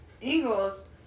Eagles